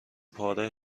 پاره